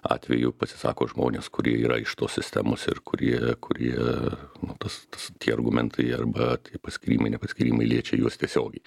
atveju pasisako žmonės kurie yra iš tos sistemos ir kurie kurie nu tas tas tie argumentai arba kai paskyrimai nepaskyrimai liečia juos tiesiogiai